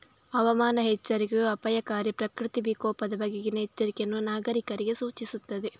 ಹವಾಮಾನ ಎಚ್ಚರಿಕೆಯೂ ಅಪಾಯಕಾರಿ ಪ್ರಕೃತಿ ವಿಕೋಪದ ಬಗೆಗಿನ ಎಚ್ಚರಿಕೆಯನ್ನು ನಾಗರೀಕರಿಗೆ ಸೂಚಿಸುತ್ತದೆ